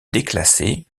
déclassée